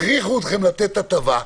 הכריחו אתכם לתת הטבה,